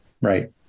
Right